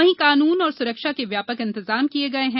वहीं कानून और सुरक्षा के व्यापक इंतजाम किये गये हैं